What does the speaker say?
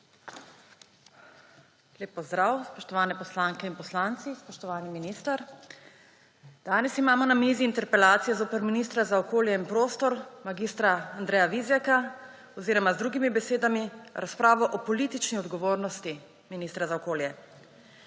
Lep pozdrav, spoštovane poslanke in poslanci, spoštovani minister! Danes imamo na mizi interpelacijo zoper ministra za okolje in prostor mag. Andreja Vizjaka oziroma, z drugimi besedami, razpravo o politični odgovornosti ministra za okolje